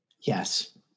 Yes